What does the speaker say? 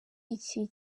iki